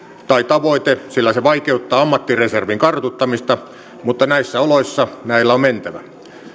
tai tavoite sillä se vaikeuttaa ammattireservin kartuttamista mutta näissä oloissa näillä on mentävä